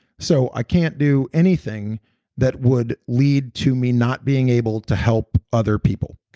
so i can't do anything that would lead to me not being able to help other people.